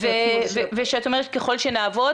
--- כשאת אומרת 'ככל שנעבוד',